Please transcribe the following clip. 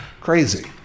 Crazy